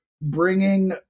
bringing